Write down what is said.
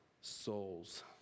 souls